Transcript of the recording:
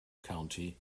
county